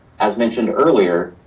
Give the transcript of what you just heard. as mentioned earlier,